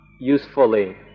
usefully